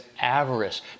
avarice